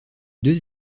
deux